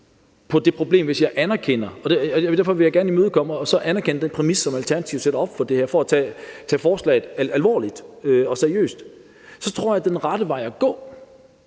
på det problem og den rette vej at gå – og jeg vil gerne imødekomme og anerkende den præmis, som Alternativet sætter op for det her, og tage forslaget alvorligt og seriøst – er at give mere frihed